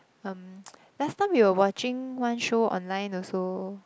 um last time we were watching one show online also